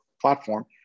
platform